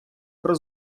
про